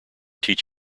teach